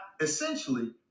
essentially